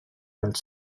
dels